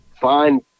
find